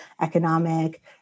economic